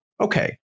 okay